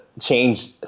change